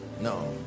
no